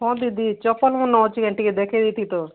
ହଁ ଦିଦି ଚପଲ ମୁଁ ନେଉଛି ଟିକେ ଦେଖେଇଥିତ